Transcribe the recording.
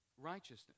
righteousness